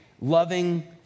loving